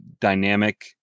dynamic